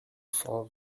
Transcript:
cent